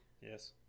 Yes